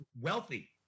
wealthy